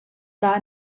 dah